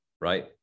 right